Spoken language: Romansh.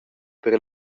per